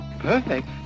perfect